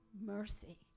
mercy